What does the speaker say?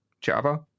Java